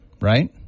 Right